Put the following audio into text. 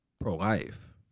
pro-life